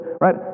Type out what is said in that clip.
right